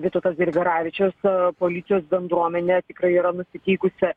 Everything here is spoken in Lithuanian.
vytautas grigaravičius policijos bendruomenė tikrai yra nusiteikusi